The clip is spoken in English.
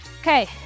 Okay